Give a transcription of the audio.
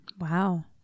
Wow